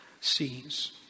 sees